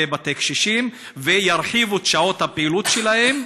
בתי-קשישים וירחיבו את שעות הפעילות שלהם.